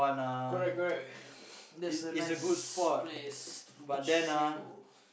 correct correct that's a nice place to chill